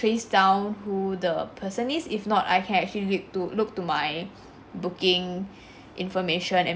~ace down who the person is if not I can actually lead to look to my booking information and